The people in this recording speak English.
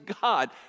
God